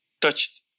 touched